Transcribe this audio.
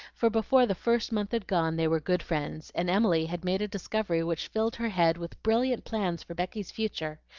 for before the first month had gone they were good friends, and emily had made a discovery which filled her head with brilliant plans for becky's future,